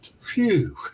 Phew